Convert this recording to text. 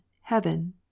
heaven